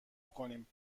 کنیم